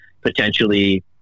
potentially